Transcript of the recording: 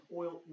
oil